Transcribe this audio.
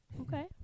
Okay